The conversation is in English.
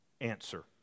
Answer